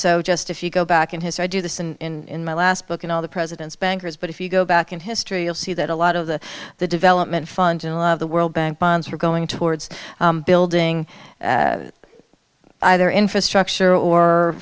so just if you go back in his i do this in my last book in all the president's bankers but if you go back in history you'll see that a lot of the the development funds in a lot of the world bank bonds are going towards building either infrastructure or